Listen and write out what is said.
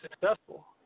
successful